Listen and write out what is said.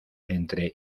entre